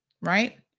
Right